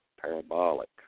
parabolic